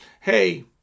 Hey